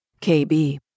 KB